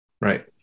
Right